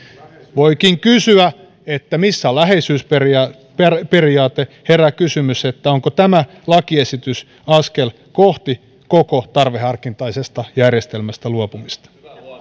voikin kysyä missä on läheisyysperiaate herää kysymys onko tämä lakiesitys askel kohti koko tarveharkintaisesta järjestelmästä luopumista